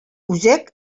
үзәк